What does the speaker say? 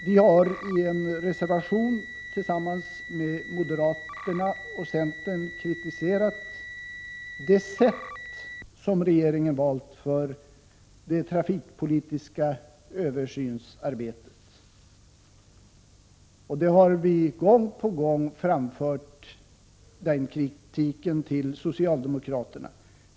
Vi har i en reservation, tillsammans med moderaterna och centern, kritiserat det sätt som regeringen valt för det trafikpolitiska översynsarbetet. Den kritiken har vi gång på gång framfört till socialdemokraterna.